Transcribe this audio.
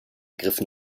griffen